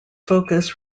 focus